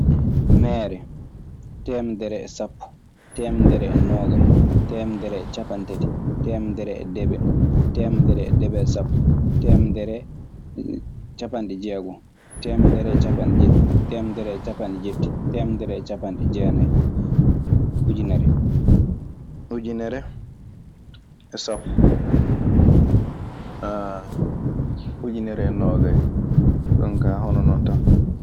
Meere, temedere e sapo, temedere e nogayi, temedere e ciapantati ,temedere e deebe, temedere e deebe e sapo, temedere e ciapanɗe diegon, temedere e ciapanɗe jeɗɗi, temedere e ciapanɗe jetti, temedere e ciapanɗe dienaye, ujunere, junere e sappo, ujunere e noogay. Jooni ka hono noon tan.